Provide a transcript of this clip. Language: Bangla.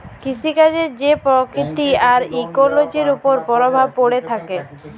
কিসিকাজের যে পরকিতি আর ইকোলোজির উপর পরভাব প্যড়ে থ্যাকে